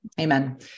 Amen